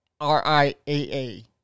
RIAA